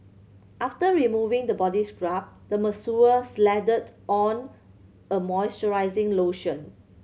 after removing the body scrub the masseur slathered on a moisturizing lotion